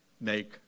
make